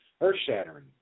earth-shattering